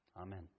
Amen